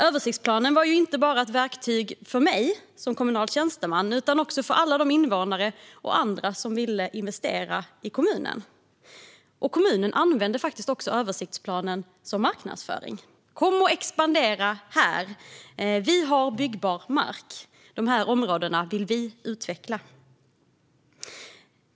Översiktsplanen var ett verktyg för inte bara mig som kommunal tjänsteman utan också alla invånare och andra som ville investera i kommunen. Kommunen använde faktiskt också översiktsplanen för att marknadsföra kommunen: Kom och expandera här! Vi har byggbar mark. De här områdena vill vi utveckla.